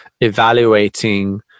evaluating